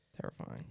Terrifying